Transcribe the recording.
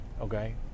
okay